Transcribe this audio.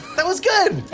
that was good!